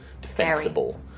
defensible